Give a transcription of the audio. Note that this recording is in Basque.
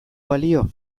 balio